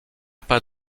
pas